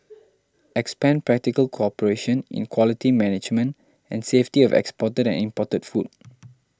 expand practical cooperation in quality management and safety of exported and imported food